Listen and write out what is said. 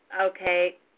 okay –